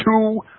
two